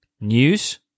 News